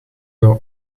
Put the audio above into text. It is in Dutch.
door